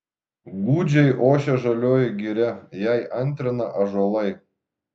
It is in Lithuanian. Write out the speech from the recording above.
gūdžiai ošia žalioji giria jai antrina ąžuolai